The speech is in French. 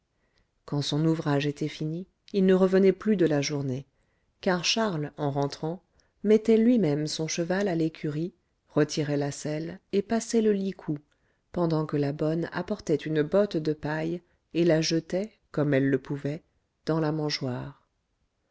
quand son ouvrage était fini il ne revenait plus de la journée car charles en rentrant mettait lui-même son cheval à l'écurie retirait la selle et passait le licou pendant que la bonne apportait une botte de paille et la jetait comme elle le pouvait dans la mangeoire